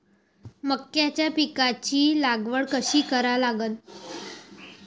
मक्याच्या पिकाची लागवड कशी करा लागन?